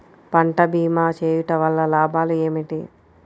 పంట భీమా చేయుటవల్ల లాభాలు ఏమిటి?